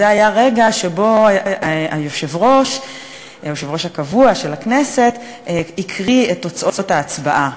זה היה רגע שבו היושב-ראש הקבוע של הכנסת הקריא את תוצאות ההצבעה: